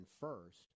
first